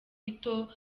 bito